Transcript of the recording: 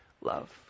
love